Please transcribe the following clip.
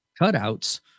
cutouts